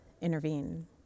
intervene